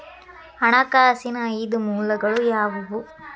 ಹಣಕಾಸಿನ ಐದು ಮೂಲಗಳು ಯಾವುವು?